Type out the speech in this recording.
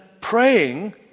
praying